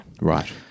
Right